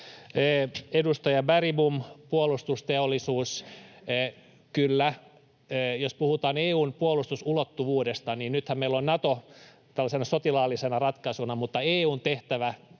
Edustaja Bergbom: puolustusteollisuus. Kyllä, jos puhutaan EU:n puolustusulottuvuudesta, niin nythän meillä on Nato tällaisena sotilaallisena ratkaisuna, mutta EU:n tehtävä voisi